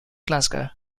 glasgow